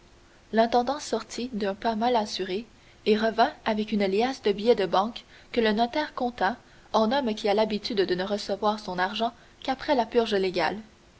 l'intendant sortit d'un pas mal assuré et revint avec une liasse de billets de banque que le notaire compta en homme qui a l'habitude de ne recevoir son argent qu'après la purge légale